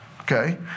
okay